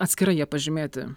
atskirai jie pažymėti